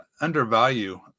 undervalue